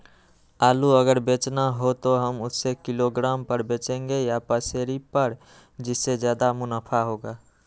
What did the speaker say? आलू अगर बेचना हो तो हम उससे किलोग्राम पर बचेंगे या पसेरी पर जिससे ज्यादा मुनाफा होगा?